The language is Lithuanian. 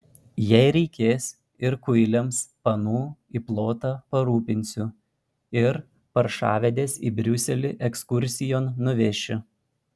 jei reikės ir kuiliams panų į plotą parūpinsiu ir paršavedes į briuselį ekskursijon nuvešiu